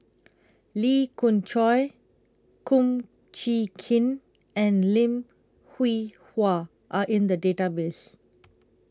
Lee Khoon Choy Kum Chee Kin and Lim Hwee Hua Are in The Database